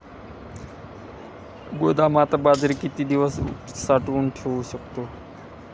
गोदामात बाजरी किती दिवस साठवून ठेवू शकतो?